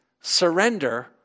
surrender